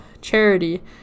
charity